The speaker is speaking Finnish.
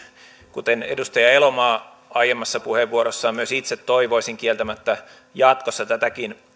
kuten edustaja elomaa aiemmassa puheenvuorossaan sanoi myös itse toivoisin kieltämättä jatkossa tätäkin